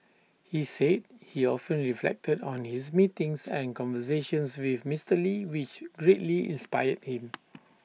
he said he often reflected on his meetings and conversations with Mister lee which greatly inspired him